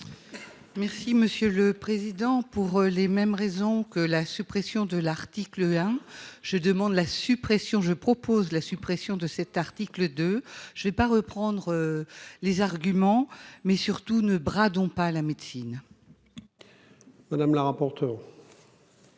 Merci monsieur le président. Pour les mêmes raisons que la suppression de l'article 1, je demande la suppression, je propose la suppression de cet article de je vais pas reprendre. Les arguments mais surtout ne brade ont pas à la médecine. Madame la rapporteure.